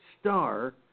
star